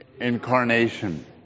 Incarnation